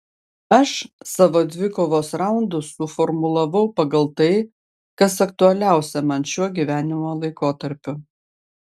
aš savo dvikovos raundus suformulavau pagal tai kas aktualiausia man šiuo gyvenimo laikotarpiu